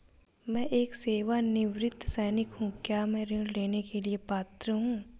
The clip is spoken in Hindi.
मैं एक सेवानिवृत्त सैनिक हूँ क्या मैं ऋण लेने के लिए पात्र हूँ?